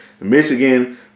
Michigan